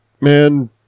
man